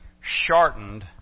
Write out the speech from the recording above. shortened